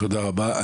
תודה רבה.